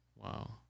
Wow